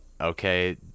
Okay